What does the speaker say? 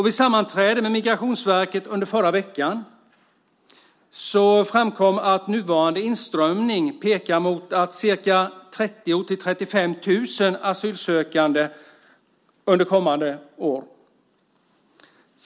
Vid sammanträde med Migrationsverket under förra veckan framkom att den nuvarande inströmningen pekar mot 30 000-35 000 asylsökande under kommande år.